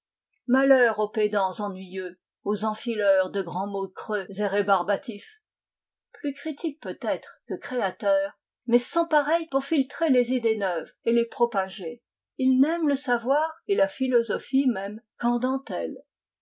malheur aux pédants ennuyeux aux enfileurs de grands mots creux et rébarbatifs plus critique peut-être que créateur mais sans pareil pour filtrer les idées neuves et les propager il n'aime le savoir et la philosophie même qu'en dentelles